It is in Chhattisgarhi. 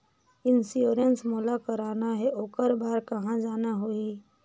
इंश्योरेंस मोला कराना हे ओकर बार कहा जाना होही?